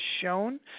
shown